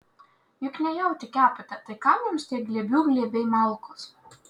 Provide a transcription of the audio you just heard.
juk ne jautį kepate tai kam jums tie glėbių glėbiai malkos